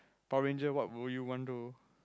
Power Ranger what movie you want do